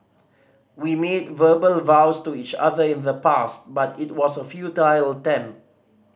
we made verbal vows to each other in the past but it was a futile attempt